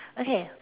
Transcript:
okay